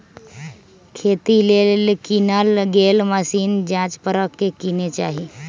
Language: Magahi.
खेती लेल किनल गेल मशीन जाच परख के किने चाहि